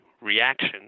reaction